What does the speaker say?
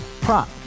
Prop